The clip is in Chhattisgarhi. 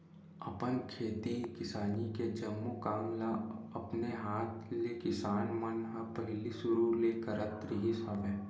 अपन खेती किसानी के जम्मो काम ल अपने हात ले किसान मन ह पहिली सुरु ले करत रिहिस हवय